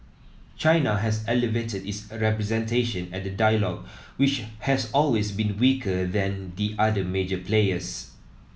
China has elevated its representation at the dialogue which has always been weaker than the other major players